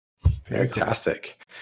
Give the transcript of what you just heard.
Fantastic